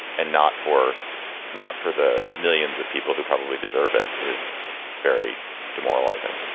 and not for not for the millions of people who probably deserve it is very demoralizing.